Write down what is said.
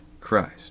Christ